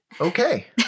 Okay